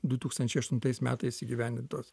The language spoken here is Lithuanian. du tūkstančiai aštuntais metais įgyvendintos